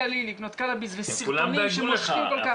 לי לקנות קנאביס --- הם כולם דאגו לך.